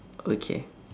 okay